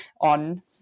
on